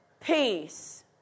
peace